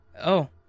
Oh